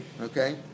Okay